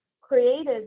created